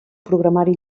programari